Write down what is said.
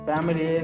Family